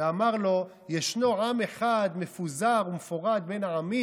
ואמר לו: "ישנו עם אחד מפֻזר ומפֹרד בין העמים